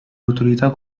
autorità